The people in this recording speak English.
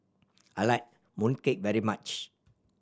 I like mooncake very much